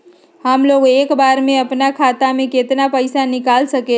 हमलोग एक बार में अपना खाता से केतना पैसा निकाल सकेला?